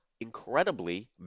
incredibly